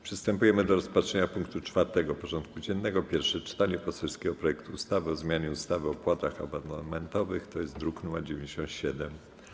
Przystępujemy do rozpatrzenia punktu 4. porządku dziennego: Pierwsze czytanie poselskiego projektu ustawy o zmianie ustawy o opłatach abonamentowych (druk nr 97)